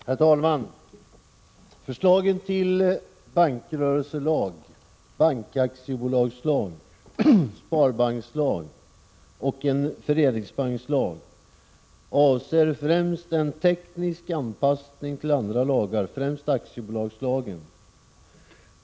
Herr talman! Förslagen till bankrörelselag, bankaktiebolagslag, sparbankslag och en föreningsbankslag avser främst en teknisk anpassning till andra lagar, främst aktiebolagslagen.